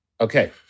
Okay